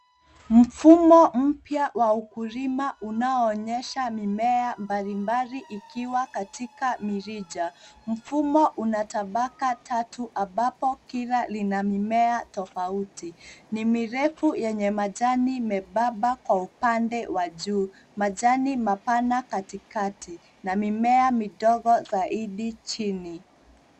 Mfumo mpya wa ukulima unaoonyesha mimea mbalimbali ikiwa katika mirija. Mfumo una tabaka tatu ambapo kila lina mimea tofauti. Ni mirefu yenye majani membamba kwa upande wa juu, majani mipana katikati na mimea midogo zaidi chini.